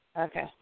Okay